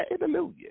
Hallelujah